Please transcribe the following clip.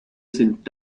sind